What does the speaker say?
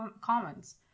comments